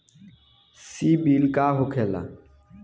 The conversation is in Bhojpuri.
सीबील का होखेला?